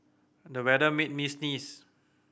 the weather made me sneeze